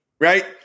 Right